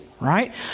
right